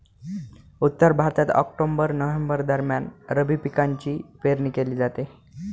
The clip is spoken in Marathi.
उत्तर भारतात ऑक्टोबर नोव्हेंबर दरम्यान रब्बी पिकांची पेरणी केली जाते